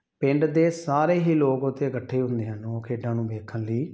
ਪਿੰਡ ਦੇ ਸਾਰੇ ਹੀ ਲੋਕ ਉੱਥੇ ਇਕੱਠੇ ਹੁੰਦੇ ਹਨ ਉਹ ਖੇਡਾਂ ਨੂੰ ਵੇਖਣ ਲਈ